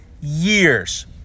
years